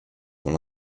dans